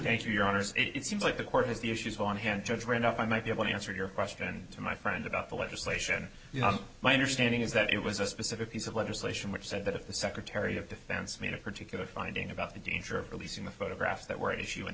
thank you your honors it seems like the court is the issues on hand judge were enough i might be able to answer your question to my friend about the legislation my understanding is that it was a specific piece of legislation which said that if the secretary of defense made a particular finding about the danger of releasing the photographs that were at issue in